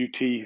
UT